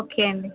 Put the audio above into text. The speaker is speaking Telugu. ఓకే అండి